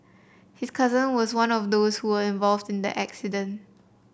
his cousin was one of those involved in that incident